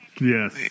Yes